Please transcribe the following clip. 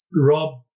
Rob